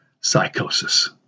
psychosis